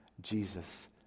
Jesus